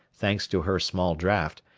thanks to her small draft,